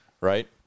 Right